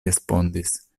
respondis